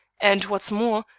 and what's more,